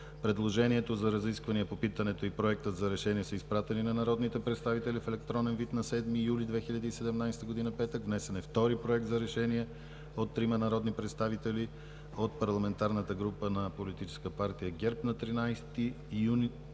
Предложението за разисквания по питането и Проектът за решение са изпратени на народните представители в електронен вид на 7 юли 2017 г., петък. Внесен е втори Проект за решение от трима народни представители от парламентарната група на Политическа партия ГЕРБ на 13 юли